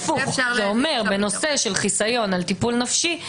זה אומר: בנושא של חיסיון על טיפול נפשי,